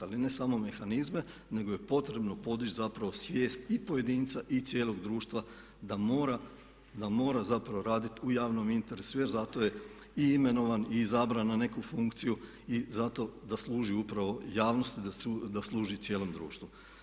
Ali ne samo mehanizme nego je potrebno podići zapravo svijest i pojedinca i cijelog društva da mora zapravo raditi u javnom interesu jer za to je i imenovan i izabran na neku funkciju i za to da služi upravo javnosti, da služi cijelom društvu.